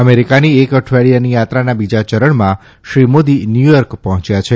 અમેરિકાની એક અઠવાડિયાની થાત્રાના બીજા ચરણમાં શ્રી મોદી ન્યૂચોર્ક પહોંચ્યા છે